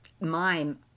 mime